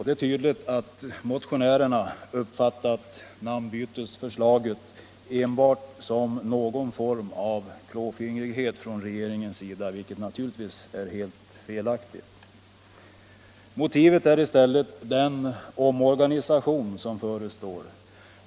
Det är tydligt att motionärerna uppfattat namnbytesförslaget enbart som någon form av klåfingrighet från regeringens sida, vilket naturligtvis är helt felaktigt. Motivet är i stället den omorganisation som förestår.